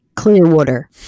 Clearwater